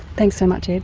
thanks so much